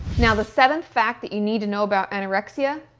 now the seventh fact that you need to know about anorexia,